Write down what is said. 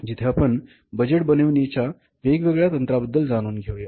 जिथे आपण बजेट बनविण्याच्या वेगवेगळ्या तंत्राबद्दल जाणून घेऊया